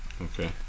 Okay